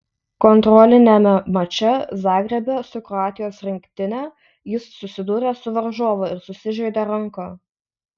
kontroliniame mače zagrebe su kroatijos rinktine jis susidūrė su varžovu ir susižeidė ranką